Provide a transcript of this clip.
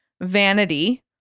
vanity